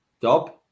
Dob